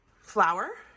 flour